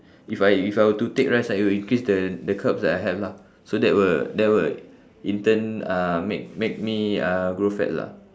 if I if I were to take rice right it will increase the the carbs that I have lah so that will that will in turn uh make make me uh grow fat lah